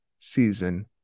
Season